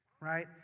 Right